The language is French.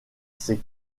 ces